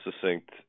succinct